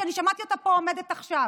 ששמעתי אותה פה עומדת עכשיו